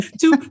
Two